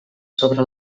sobre